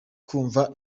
kumva